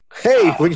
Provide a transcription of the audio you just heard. Hey